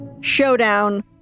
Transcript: showdown